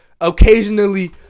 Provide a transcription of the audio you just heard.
occasionally